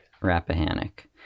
Rappahannock